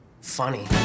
funny